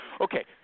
Okay